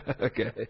Okay